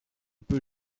peu